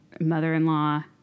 mother-in-law